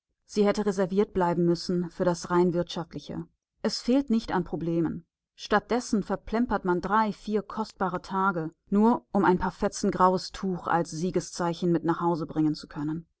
sie hätte reserviert bleiben müssen für das rein wirtschaftliche es fehlt nicht an problemen statt dessen verplempert man drei vier kostbare tage nur um ein paar fetzen graues tuch als siegeszeichen mit nach hause bringen zu können